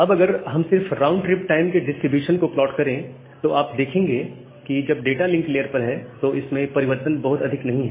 अब अगर हम सिर्फ राउंड ट्रिप टाइम के डिस्ट्रीब्यूशन को प्लॉट करें तो आप देखेंगे कि जब आप डाटा लिंक लेयर पर है तो इस में परिवर्तन बहुत अधिक नहीं है